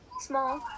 small